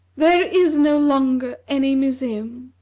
there is no longer any museum.